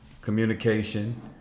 communication